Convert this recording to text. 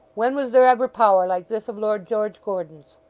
when was there ever power like this of lord george gordon's